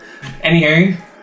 Anywho